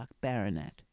baronet